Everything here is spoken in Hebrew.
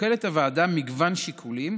שוקלת הוועדה מגוון שיקולים,